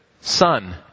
Son